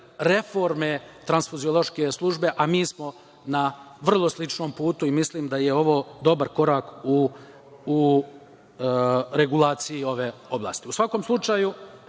reforme transfuziološke službe, a mi smo na vrlo sličnom putu i mislim da je ovo dobar korak u regulaciji ove oblasti.U svakom slučaju,